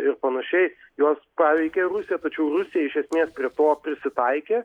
ir panašiai jos paveikė rusiją tačiau rusija iš esmės prie to prisitaikė